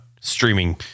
streaming